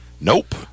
Nope